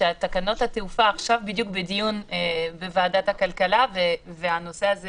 תקנות התעופה עכשיו בדיוק בדיון בוועדת הכלכלה והנושא הזה